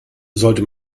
sollte